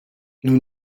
nous